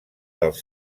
dels